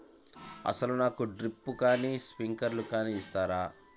అసలు నాకు డ్రిప్లు కానీ స్ప్రింక్లర్ కానీ ఇస్తారా?